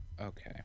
Okay